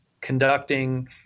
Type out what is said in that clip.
conducting